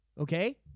okay